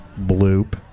bloop